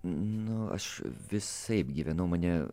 nu aš visaip gyvenau mane